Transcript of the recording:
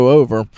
over